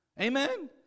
Amen